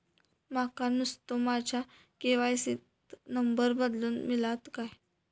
माका नुस्तो माझ्या के.वाय.सी त नंबर बदलून मिलात काय?